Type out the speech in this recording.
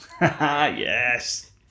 Yes